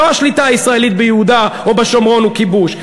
לא השליטה הישראלית ביהודה או בשומרון היא כיבוש.